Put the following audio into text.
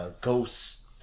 Ghosts